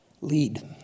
Lead